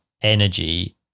energy